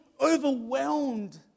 overwhelmed